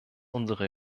unsere